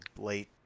late